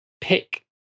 pick